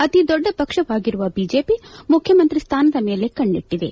ಅತಿ ದೊಡ್ಡ ಪಕ್ಷವಾಗಿರುವ ಬಿಜೆಪಿ ಮುಖ್ಯಮಂತ್ರಿ ಸ್ಥಾನದ ಮೇಲೆ ಕಣ್ಣಿಟ್ಟದೆ